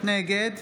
נגד